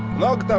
luck!